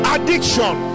Addiction